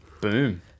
Boom